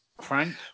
Frank